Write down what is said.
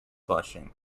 flushing